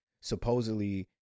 supposedly